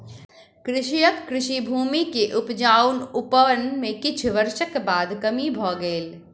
कृषकक कृषि भूमि के उपजाउपन में किछ वर्षक बाद कमी भ गेल